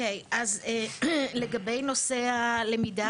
לגבי נושא הלמידה,